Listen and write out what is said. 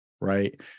Right